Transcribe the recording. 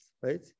right